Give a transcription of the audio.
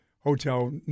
Hotel